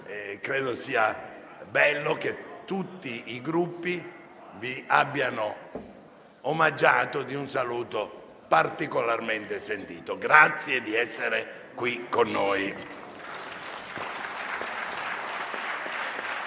Credo sia bello che tutti i Gruppi li abbiano omaggiati di un saluto particolarmente sentito. Grazie di essere qui con noi.